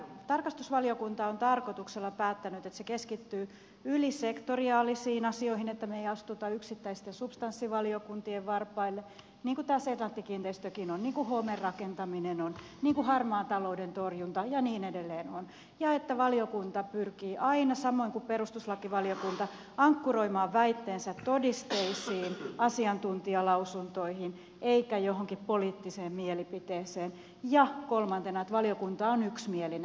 tarkastusvaliokunta on tarkoituksella päättänyt että se keskittyy ylisektoriaalisiin asioihin että me emme astu yksittäisten substanssivaliokuntien varpaille niin kuin senaatti kiinteistötkin on niin kuin homerakentaminen on niin kuin harmaan talouden torjunta ja niin edelleen on ja että valiokunta pyrkii aina samoin kuin perustuslakivaliokunta ankkuroimaan väitteensä todisteisiin asiantuntijalausuntoihin eikä johonkin poliittiseen mielipiteeseen ja kolmantena että valiokunta on yksimielinen